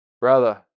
brother